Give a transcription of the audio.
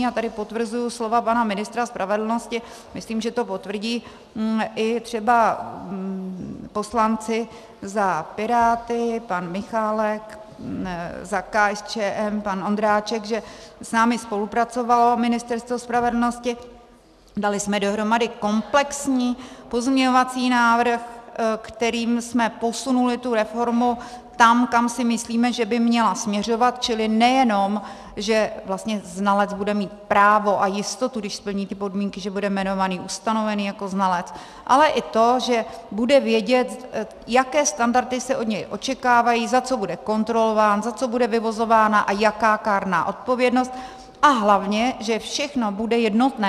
A tady potvrzuji slova pana ministra spravedlnosti, myslím, že to potvrdí i třeba poslanci, za Piráty pan Michálek, za KSČM pan Ondráček, že s námi spolupracovalo Ministerstvo spravedlnosti, dali jsme dohromady komplexní pozměňovací návrh, kterým jsme posunuli tu reformu tam, kam si myslíme, že by měla směřovat, čili nejenom že vlastně znalec bude mít právo a jistotu, když splní podmínky, že bude jmenovaný, ustanovený jako znalec, ale i to, že bude vědět, jaké standardy se od něj očekávají, za co bude kontrolován, za co bude vyvozována a jaká kárná odpovědnost, a hlavně, že všechno bude jednotné.